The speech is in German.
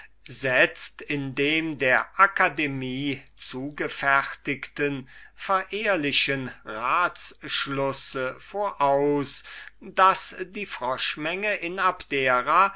setzt in dem der akademie zugefertigten verehrlichen ratsschlusse voraus daß die froschmenge in abdera